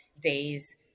days